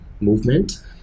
movement